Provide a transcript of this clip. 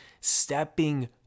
stepping